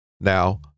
Now